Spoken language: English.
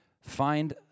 find